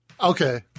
okay